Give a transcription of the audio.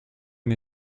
nei